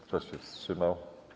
Kto się wstrzymał?